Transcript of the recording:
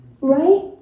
Right